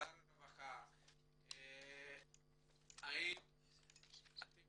שר הרווחה האם אתם